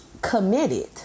committed